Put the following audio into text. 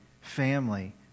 family